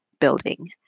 building